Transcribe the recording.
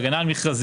בהגנה על מכרזים,